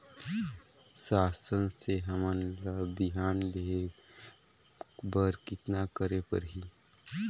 शासन से हमन ला बिहान लेहे बर कतना करे परही?